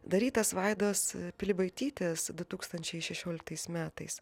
darytas vaidos pilibaitytės du tūkstančiai šešioliktais metais